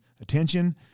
attention